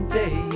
day